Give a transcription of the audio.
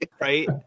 right